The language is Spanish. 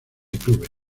clubes